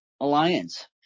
alliance